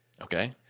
Okay